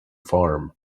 farm